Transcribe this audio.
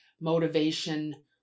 motivation